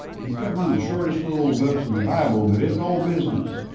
he's got one of the shortest little books in the bible, but it's all business.